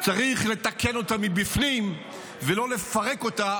צריך לתקן אותה מבפנים ולא לפרק אותה